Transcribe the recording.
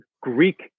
greek